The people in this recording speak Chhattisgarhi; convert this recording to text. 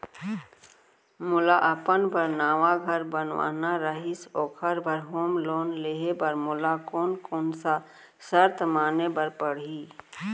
मोला अपन बर नवा घर बनवाना रहिस ओखर बर होम लोन लेहे बर मोला कोन कोन सा शर्त माने बर पड़ही?